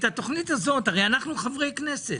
הרי אנחנו חברי כנסת.